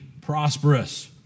prosperous